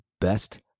best